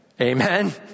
Amen